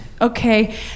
okay